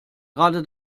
gerade